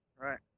right